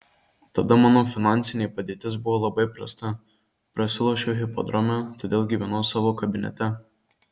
tada mano finansinė padėtis buvo labai prasta prasilošiau hipodrome todėl gyvenau savo kabinete